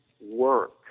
work